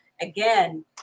again